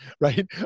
right